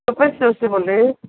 superstore से बोल रहे हैं